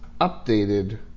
updated